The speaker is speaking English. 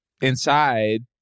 inside